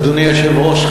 אדוני היושב-ראש,